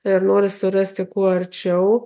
ir nori surasti kuo arčiau